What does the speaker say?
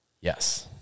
Yes